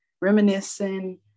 reminiscing